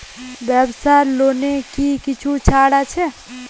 ব্যাবসার লোনে কি কিছু ছাড় আছে?